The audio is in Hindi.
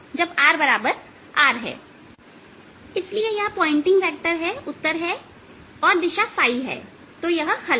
जब rR है इसलिए यह पॉइंटिंग वेक्टर है उत्तर है और दिशा है तो यह हल है